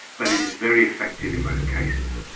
but it is very effective in most cases.